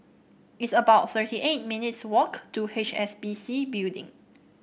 it's about thirty eight minutes' walk to H S B C Building